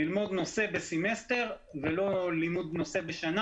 ללמוד נושא בסמסטר ולא לימוד נושא בשנה.